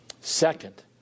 Second